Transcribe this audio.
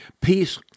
peace